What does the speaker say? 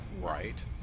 Right